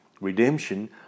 redemption